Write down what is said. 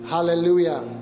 hallelujah